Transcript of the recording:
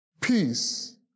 Peace